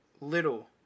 little